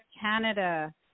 Canada